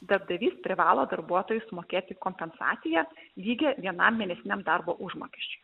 darbdavys privalo darbuotojui sumokėti kompensaciją lygią vienam mėnesiniam darbo užmokesčiui